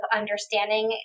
understanding